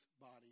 body